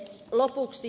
lopuksi